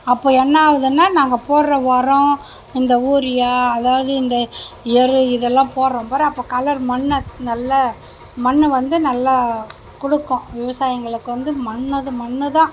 அப்போது என்னாகுதுனா நாங்கள் போடுகிற உரம் இந்த ஊரியா அதாவது இந்த எரு இதெல்லாம் போடுகிறோம் பார் அப்போ கலர் மண்ணை நல்ல மண் வந்து நல்லா கொடுக்கும் விவசாயிங்களுக்கு வந்து மண் இது மண் தான்